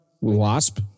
Wasp